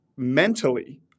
mentally